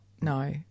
no